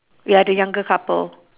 ya the younger couple